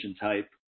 type